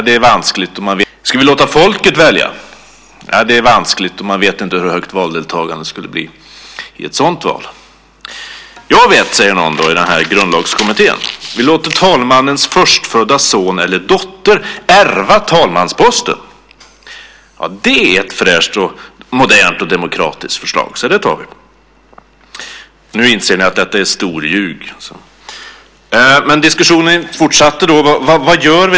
Nej, det är vanskligt, och man vet inte hur stort valdeltagandet skulle bli i ett sådant val. Jag vet, säger någon i den här grundlagskommittén, vi låter talmannens förstfödda son eller dotter ärva talmansposten. Ja, det är ett fräscht, modernt och demokratiskt förslag. Så det tar vi. Nu inser ni att detta är storljug. Men diskussionen fortsatte.